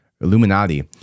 Illuminati